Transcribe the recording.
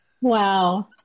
Wow